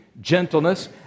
gentleness